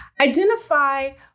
Identify